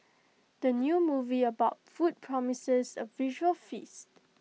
the new movie about food promises A visual feast